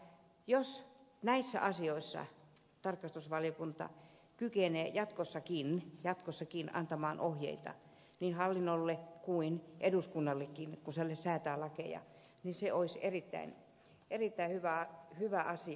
jos näissä asioissa tarkastusvaliokunta kykenee jatkossakin antamaan ohjeita niin hallinnolle kuin eduskunnallekin kun se säätää lakeja niin se olisi erittäin hyvä asia